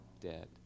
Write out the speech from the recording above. dead